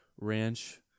ranch